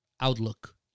outlook